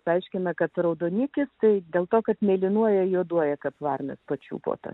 paaiškina kad raudonikis tai dėl to kad mėlynuoja juoduoja kad varna pačiupote